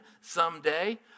someday